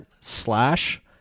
slash